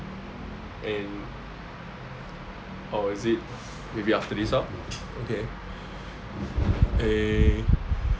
and oh is it maybe after this lor eh